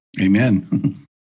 Amen